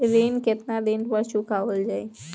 ऋण केतना दिन पर चुकवाल जाइ?